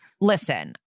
listen